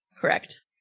Correct